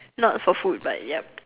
not for food but yup